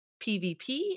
PvP